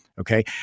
okay